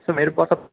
سر میرے پاس اب